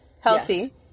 healthy